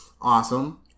Awesome